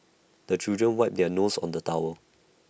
the children wipe their noses on the towel